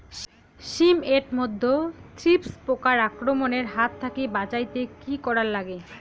শিম এট মধ্যে থ্রিপ্স পোকার আক্রমণের হাত থাকি বাঁচাইতে কি করা লাগে?